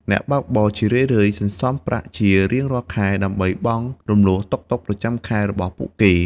អ្នកបើកបរជារឿយៗសន្សំប្រាក់ជារៀងរាល់ខែ ដើម្បីបង់រំលស់តុកតុកប្រចាំខែរបស់ពួកគេ។